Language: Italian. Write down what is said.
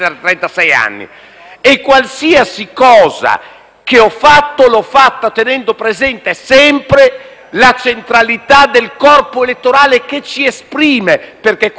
anni. Ogni cosa che ho fatto, l'ho fatta tenendo sempre presente la centralità del corpo elettorale che ci esprime, perché questa è la ragione